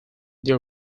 their